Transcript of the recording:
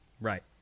Right